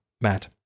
Matt